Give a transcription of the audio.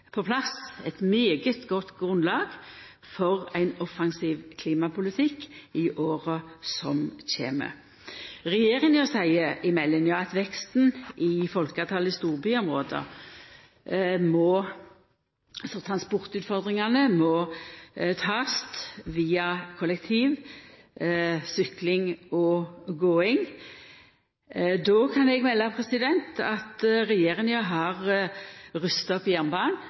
på plass. Det er eit veldig godt grunnlag for ein offensiv klimapolitikk i åra som kjem. Regjeringa seier i meldinga at veksten i folketalet kjem i storbyområda, og at transportutfordringane må takast via kollektivtransport, sykling og gåing. Då kan eg melda at regjeringa har rusta opp jernbanen.